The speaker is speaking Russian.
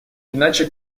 иначе